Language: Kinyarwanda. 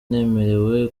nemerewe